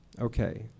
okay